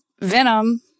venom